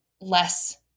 less